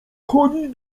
chodzić